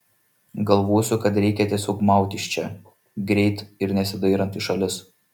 galvosiu kad reikia tiesiog maut iš čia greit ir nesidairant į šalis